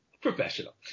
professional